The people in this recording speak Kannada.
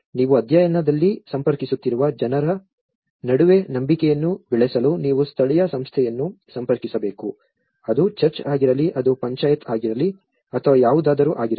ನೀವು ಅಧ್ಯಯನದಲ್ಲಿ ಸಂಪರ್ಕಿಸುತ್ತಿರುವ ಜನರ ನಡುವೆ ನಂಬಿಕೆಯನ್ನು ಬೆಳೆಸಲು ನೀವು ಸ್ಥಳೀಯ ಸಂಸ್ಥೆಯನ್ನು ಸಂಪರ್ಕಿಸಬೇಕು ಅದು ಚರ್ಚ್ ಆಗಿರಲಿ ಅದು ಪಂಚಾಯತ್ ಆಗಿರಲಿ ಅಥವಾ ಯಾವುದಾದರೂ ಆಗಿರಲಿ